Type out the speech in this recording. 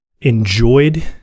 enjoyed